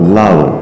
love